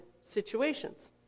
situations